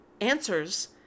answers